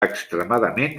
extremadament